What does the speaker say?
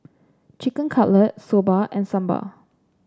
Chicken Cutlet Soba and Sambar